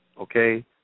Okay